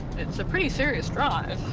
it's a pretty serious drive,